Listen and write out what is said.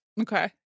Okay